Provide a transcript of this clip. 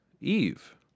Eve